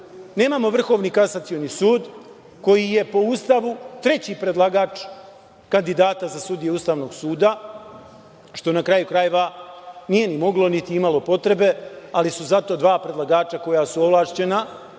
Nemamo Vrhovni kasacioni sud koji je po Ustavu treći predlagač kandidata za sudije Ustavnog suda, što na kraju krajeva nije moglo, niti imalo potrebe, ali su zato dva predlagača koja su ovlašćena